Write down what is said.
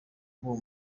b’uwo